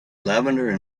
levanter